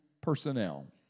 personnel